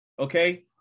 okay